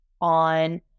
on